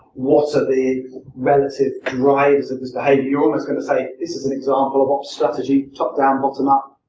what are the relative drivers of this behaviour? you're almost going to say, this is an example of ops strategy, top-down, bottom-up,